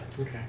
Okay